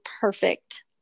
perfect